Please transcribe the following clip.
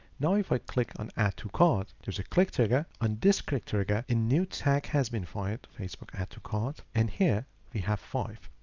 now if i click on add to cart, there's a click trigger and descriptor got a new tag has been fired to facebook add to cart and here we have five.